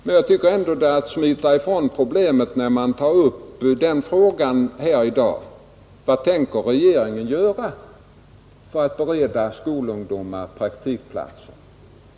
Men jag tycker att det är att smita från problemen när man här i dag tar upp frågan: Vad tänker regeringen göra för att bereda skolungdomar praktikplatser?